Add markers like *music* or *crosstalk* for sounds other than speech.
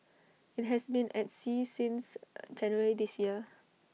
IT has been at sea since *hesitation* January this year